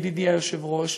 ידידי היושב-ראש,